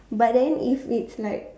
but then if it's like